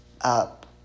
up